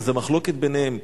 אלא זה מחלוקת ביניהם.